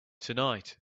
tonight